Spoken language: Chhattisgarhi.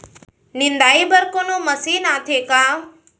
निंदाई बर कोनो मशीन आथे का?